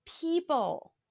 people